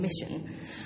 mission